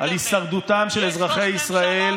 על הישרדותם של אזרחי ישראל,